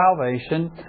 salvation